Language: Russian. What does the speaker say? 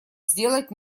сделать